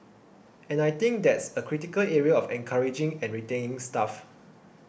and I think that's a critical area of encouraging and retaining staff